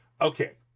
Okay